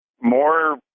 more